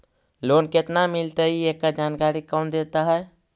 Loan केत्ना मिलतई एकड़ जानकारी कौन देता है?